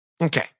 Okay